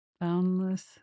boundless